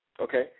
Okay